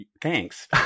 Thanks